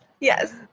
Yes